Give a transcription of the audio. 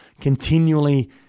continually